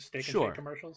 Sure